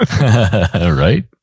Right